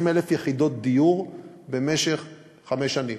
20,000 יחידות דיור במשך חמש שנים.